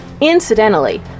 Incidentally